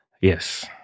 Yes